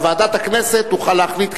אבל ועדת הכנסת תוכל להחליט,